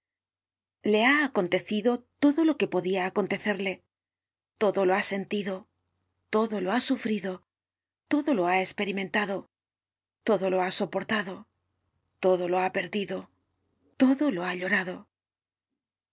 le ha acontecido todo lo que podia acontecerle todo lo ha sentido todo lo ha sufrido todo lo ha esperimentado todo lo ha soportado todo lo ha perdido todo lo ha llorado